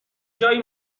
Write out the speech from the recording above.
جایی